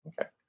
Okay